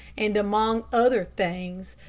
and, among other things,